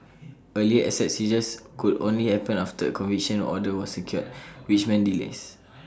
earlier asset seizures could only happen after A conviction order was secured which meant delays